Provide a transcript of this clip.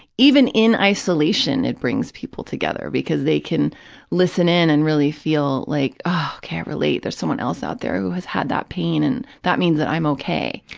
even in isolation, it brings people together, because they can listen in and really feel like, oh, okay, i relate there's someone else out there who has had that pain, and that means that i'm okay.